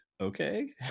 okay